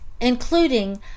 including